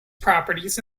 properties